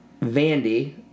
Vandy